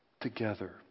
together